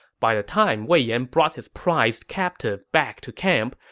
by the time wei yan brought his prized captive back to camp,